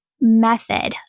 method